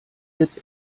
jetzt